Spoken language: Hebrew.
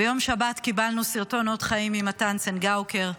ביום שבת קיבלנו סרטון אות חיים ממתן צנגאוקר.